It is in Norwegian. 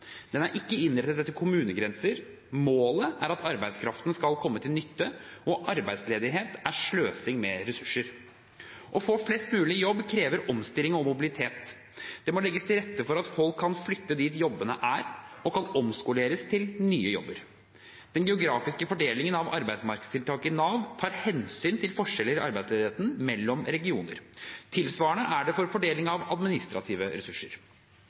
Den er ikke innrettet etter kommunegrenser. Målet er at arbeidskraften skal komme til nytte. Arbeidsledighet er sløsing med ressurser. Å få flest mulig i jobb krever omstillinger og mobilitet. Det må legges til rette for at folk kan flytte dit jobbene er, og kan omskoleres til nye jobber. Den geografiske fordelingen av arbeidsmarkedstiltak i Nav tar hensyn til forskjeller i arbeidsledigheten mellom regioner. Tilsvarende er det for fordeling av administrative ressurser.